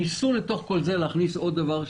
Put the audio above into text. ניסו לתוך כל זה להכניס עוד דבר,